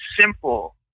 simple